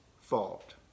fault